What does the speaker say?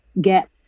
get